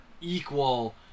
equal